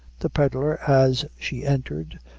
the pedlar, as she entered,